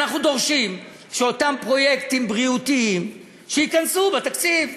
אנחנו דורשים שאותם פרויקטים בריאותיים ייכנסו בתקציב.